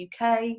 uk